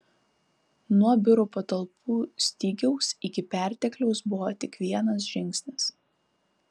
nuo biurų patalpų stygiaus iki pertekliaus buvo tik vienas žingsnis